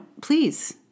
please